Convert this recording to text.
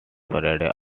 friday